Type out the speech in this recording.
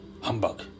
humbug